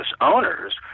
owners